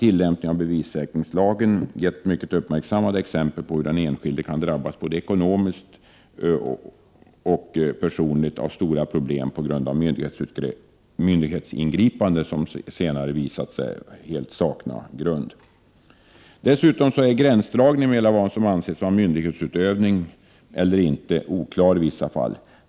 Tillämpningen av bevissäkringslagen har bl.a. gett mycket uppmärksammade exempel på hur den enskilde kan drabbas ekonomiskt och få personliga stora problem på grund av myndighetsingripande, som senare visat sig helt sakna saklig grund. Dessutom är gränsdragningen mellan vad som anses vara myndighetsutövning och ej oklar i vissa fall.